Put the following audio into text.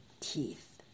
teeth